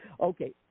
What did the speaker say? Okay